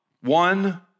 one